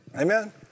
Amen